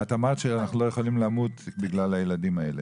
את אמרת שאנחנו לא יכולים למות בגלל הילדים האלה.